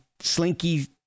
slinky